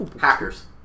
Hackers